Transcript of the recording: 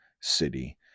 city